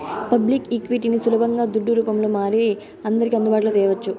public ఈక్విటీని సులబంగా దుడ్డు రూపంల మారి అందర్కి అందుబాటులో తేవచ్చు